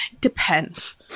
depends